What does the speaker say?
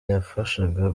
yafashaga